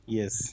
Yes